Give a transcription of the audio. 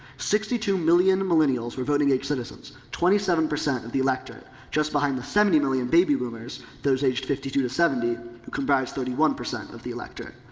sixty two million millennials were voting age citizens, twenty seven percent of the electorate just behind the seventy million baby boomers, those aged fifty two to seventy, who comprise thirty one percent of the electorate.